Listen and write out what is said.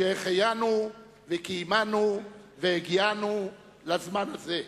"שהחיינו וקיימנו והגיענו לזמן הזה".